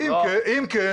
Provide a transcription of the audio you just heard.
אם כן,